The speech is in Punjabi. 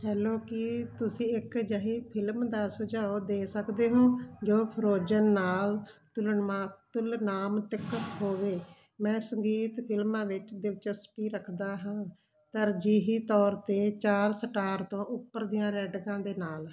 ਹੈਲੋ ਕੀ ਤੁਸੀਂ ਇੱਕ ਅਜਿਹੀ ਫਿਲਮ ਦਾ ਸੁਝਾਉ ਦੇ ਸਕਦੇ ਹੋ ਜੋ ਫ੍ਰੋਜ਼ਨ ਨਾਲ ਤੁਲਮਾ ਤੁਲਨਾਤਮਕ ਹੋਵੇ ਮੈਂ ਸੰਗੀਤ ਫਿਲਮਾਂ ਵਿੱਚ ਦਿਲਚਸਪੀ ਰੱਖਦਾ ਹਾਂ ਤਰਜੀਹੀ ਤੌਰ 'ਤੇ ਚਾਰ ਸਟਾਰ ਤੋਂ ਉੱਪਰ ਦੀਆਂ ਰੇਟਿੰਗਾਂ ਦੇ ਨਾਲ